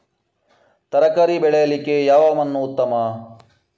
ತರಕಾರಿ ಬೆಳೆಯಲಿಕ್ಕೆ ಯಾವ ಮಣ್ಣು ಉತ್ತಮ?